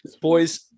boy's